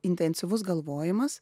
intensyvus galvojimas